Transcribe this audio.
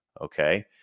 Okay